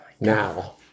now